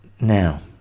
Now